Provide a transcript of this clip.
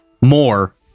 more